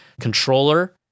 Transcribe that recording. controller